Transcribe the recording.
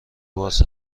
باز